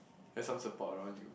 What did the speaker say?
have some support lor you